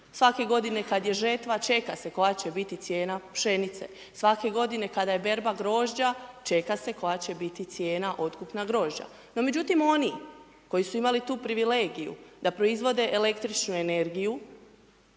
svake godine kad je žetva, čeka se koja će biti cijena pšenice, svake godine kada je berba grožđa, čeka se koja će biti cijena otkupna grožđa. No međutim oni koji su imali tu privilegiju da proizvode električnu energiju